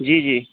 जी जी